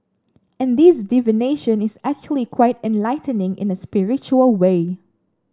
and this divination is actually quite enlightening in a spiritual way